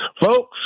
folks